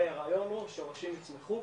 הרעיון הוא ששורשים יצמחו